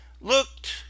looked